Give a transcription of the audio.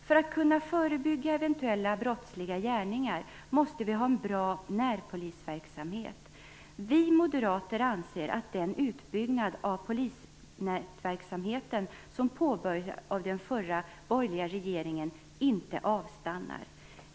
För att kunna förebygga brottsliga gärningar, måste vi ha en bra närpolisverksamhet. Vi moderater anser att det är viktigt att den utbyggnad av närpolisverksamheten som påbörjades av den förra, borgerliga regeringen, inte avstannar.